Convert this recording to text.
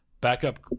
Backup